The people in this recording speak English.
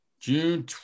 june